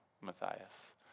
Matthias